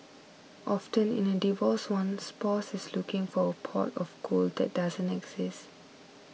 often in a divorce one spouse is looking for a pot of gold that doesn't exist